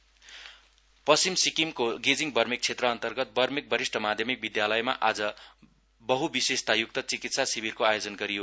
health camp पश्चिम सिक्किमको गेजिङ बर्मेक क्षेत्र अन्तर्गत बर्मेक बरिष्ठ माध्यमिक विधालयमा आज बहुवुशेषता युक्त चिकित्सा शिविरको आयोजन गरियो